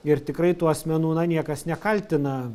ir tikrai tų asmenų na niekas nekaltina